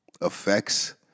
effects